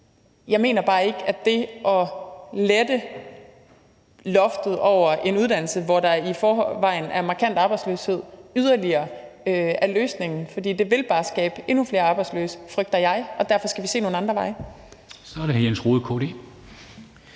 jeg mener bare ikke, at det at lette loftet yderligere over en uddannelse, hvor der i forvejen er markant arbejdsløshed, er løsningen, for det vil bare skabe endnu flere arbejdsløse, frygter jeg, og derfor skal vi se på nogle andre veje.